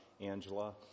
Angela